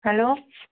hello